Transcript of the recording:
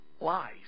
lies